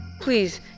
Please